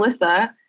Alyssa